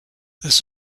this